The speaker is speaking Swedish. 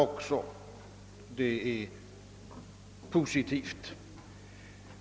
Detta anser jag positivt.